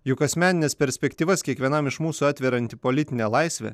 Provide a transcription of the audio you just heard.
juk asmenines perspektyvas kiekvienam iš mūsų atverianti politinė laisvė